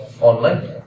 online